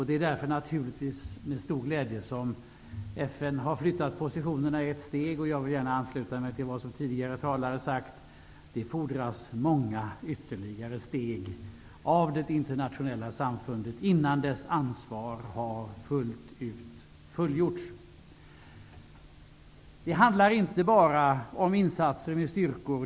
Därför ser jag naturligtvis med stor glädje att FN har flyttat positionerna ett steg. Jag vill gärna ansluta mig till vad tidigare talare har sagt. Det fordras många ytterligare steg av det internationella samfundet innan dess ansvar fullt ut har fullgjorts. Det handlar inte bara om insatser med styrkor.